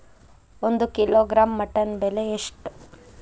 ಒಂದು kilogram mutton ಬೆಲೆ ಎಷ್ಟ್?